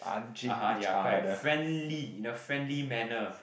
(uh huh) ya correct friendly in a friendly manner